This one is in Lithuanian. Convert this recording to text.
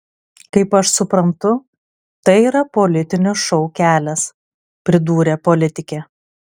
kaip aš suprantu tai yra politinio šou kelias pridūrė politikė